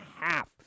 half